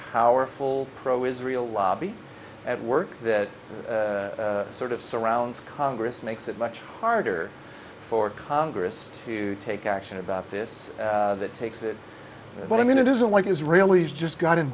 powerful pro israel lobby at work that sort of surrounds congress makes it much harder for congress to take action about this that takes it but i mean it isn't like the israelis just got in